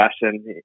fashion